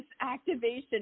activation